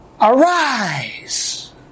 Arise